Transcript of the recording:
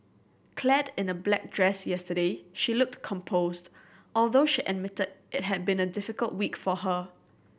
Clad in a black dress yesterday she looked composed although she admitted it had been a difficult week for her